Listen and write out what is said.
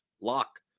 lock